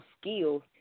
skills